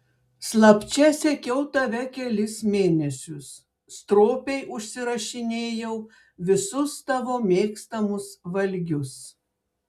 slapčia sekiau tave kelis mėnesius stropiai užsirašinėjau visus tavo mėgstamus valgius